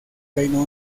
reino